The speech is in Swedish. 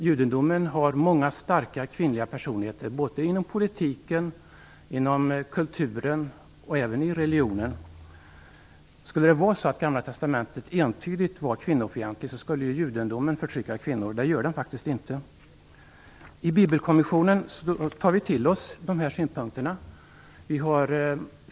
Judendomen har många starka kvinnliga personer inom politiken, kulturen och även i religionen. Om Gamla testamentet skulle vara entydigt kvinnofientligt, skulle judendomen förtrycka kvinnor. Men det gör den faktiskt inte. I Bibelkommissionen tar vi till oss dessa synpunkter.